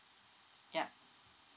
yup